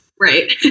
Right